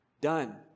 done